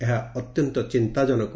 ଏହା ଅତ୍ୟନ୍ତ ଚିନ୍ତାଜନକ